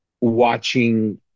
watching